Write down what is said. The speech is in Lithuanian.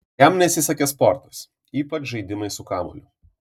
jam nesisekė sportas ypač žaidimai su kamuoliu